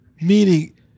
Meaning